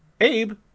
Abe